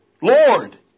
Lord